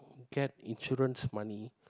get insurance money